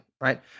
right